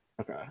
Okay